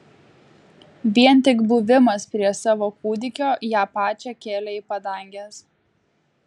vien tik buvimas prie savo kūdikio ją pačią kėlė į padanges